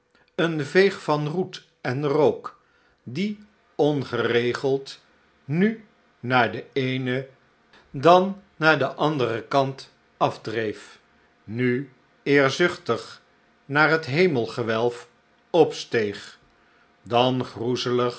een veeg van roet en rook die ongeregeld nu naar den eenen dan naar den anderen kant afdreef nu eerzuchtig naar het hemelgewelf opsteeg dan